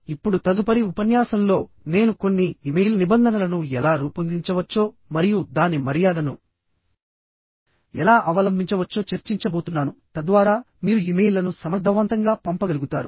ఇప్పుడుతదుపరి ఉపన్యాసంలో నేను కొన్ని ఇమెయిల్ నిబంధనలను ఎలా రూపొందించవచ్చో మరియు దాని మర్యాదను ఎలా అవలంబించవచ్చో చర్చించబోతున్నానుతద్వారా మీరు ఇమెయిల్లను సమర్థవంతంగా పంపగలుగుతారు